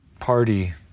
Party